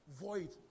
void